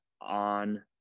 on